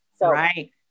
Right